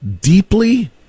deeply